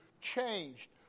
changed